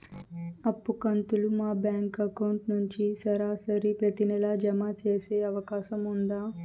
అప్పు కంతులు మా బ్యాంకు అకౌంట్ నుంచి సరాసరి ప్రతి నెల జామ సేసే అవకాశం ఉందా?